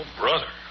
brother